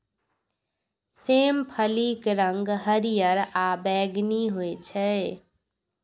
सेम फलीक रंग हरियर आ बैंगनी होइ छै